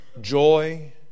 joy